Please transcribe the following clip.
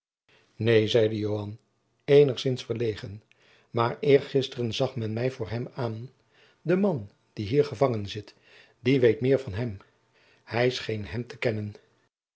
neen zeide joan eenigzins verlegen maar eergisteren zag men mij voor hem aan de man die hier gevangen zit die weet meer van hem hij scheen hem te kennen